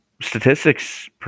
statistics